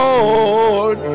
Lord